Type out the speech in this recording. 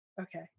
okay